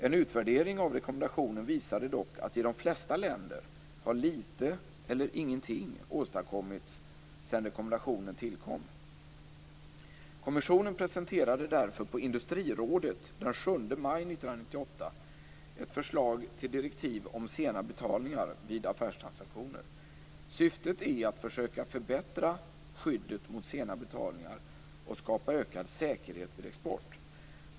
En utvärdering av rekommendationen visade dock att i de flesta länder har litet eller ingenting åstadkommits sedan rekommendationen tillkom. Kommissionen presenterade därför på industrirådet den 7 maj 1998 ett förslag till direktiv om sena betalningar vid affärstransaktioner. Syftet är att försöka förbättra skyddet mot sena betalningar och skapa ökad säkerhet vid export.